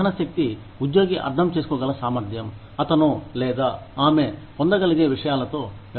గ్రహణశక్తి ఉద్యోగి అర్థం చేసుకోగల సామర్ధ్యం అతను లేదా ఆమె పొందగలిగే విషయాలతో వ్యవహరిస్తుంది